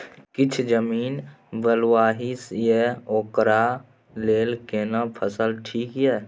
किछ जमीन बलुआही ये ओकरा लेल केना फसल ठीक ये?